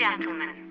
Gentlemen